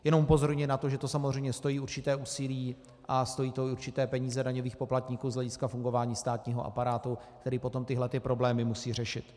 Jenom upozorňuji na to, že to samozřejmě stojí určité úsilí a stojí to určité peníze daňových poplatníků z hlediska fungování státního aparátu, který potom tyto problémy musí řešit.